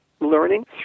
learning